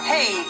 Hey